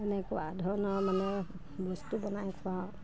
এনেকুৱা ধৰণৰ মানে বস্তু বনাই খোৱাওঁ